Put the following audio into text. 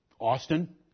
Austin